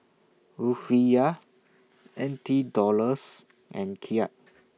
Rufiyaa N T Dollars and Kyat